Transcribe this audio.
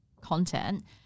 content –